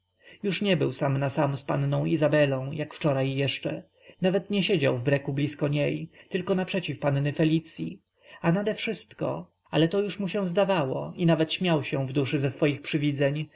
już nie był sam z panną izabelą jak wczoraj jeszcze nawet nie siedział w breku blisko niej tylko naprzeciw panny felicyi a nade wszystko ale to już mu się tylko zdawało i nawet śmiał się w duszy ze swoich